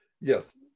Yes